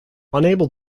unable